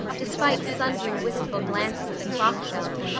despite sundry wistful glances at the clock shelf,